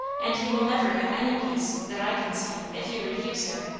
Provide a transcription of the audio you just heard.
and he will never have any peace, that i can see, if you refuse him.